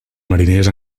mariners